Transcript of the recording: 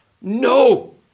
no